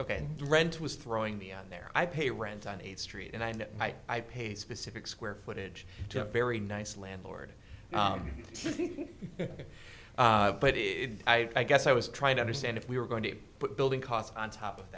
ok rent was throwing me out there i pay rent on eighth street and i know i pay specific square footage to a very nice landlord but it i guess i was trying to understand if we were going to put building costs on top of